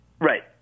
Right